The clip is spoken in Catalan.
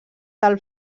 del